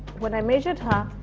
when i measured her,